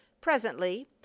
Presently